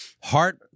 heart